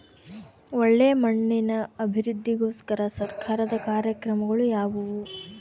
ಒಳ್ಳೆ ಮಣ್ಣಿನ ಅಭಿವೃದ್ಧಿಗೋಸ್ಕರ ಸರ್ಕಾರದ ಕಾರ್ಯಕ್ರಮಗಳು ಯಾವುವು?